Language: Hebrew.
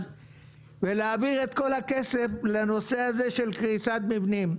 ולהעביר את כל הכסף לנושא של קריסת מבנים.